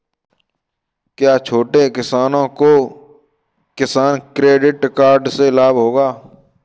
क्या छोटे किसानों को किसान क्रेडिट कार्ड से लाभ होगा?